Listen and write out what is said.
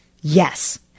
Yes